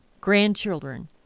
grandchildren